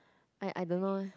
I I don't know eh